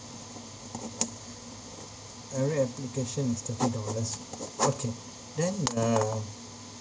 every application is thirty dollars okay then uh